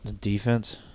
Defense